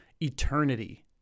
eternity